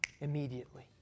immediately